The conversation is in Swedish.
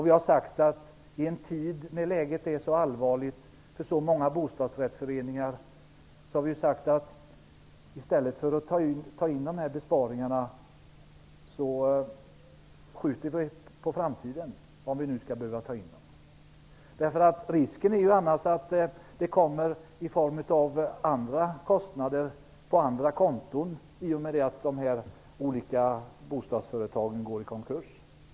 Vi har med tanke på att läget är så allvarligt för så många bostadsrättsföreningar sagt att man i stället för att göra dessa besparingar får skjuta dem på framtiden -- om de nu behöver göras. Risken är annars att kostnaderna kommer tillbaka på andra konton, om bostadsföretag går i konkurs.